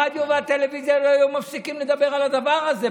הרדיו והטלוויזיה לא היו מפסיקים לדבר על הדבר הזה.